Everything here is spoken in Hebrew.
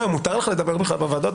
מותר לך, בכלל, לדבר בוועדה?